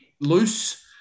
loose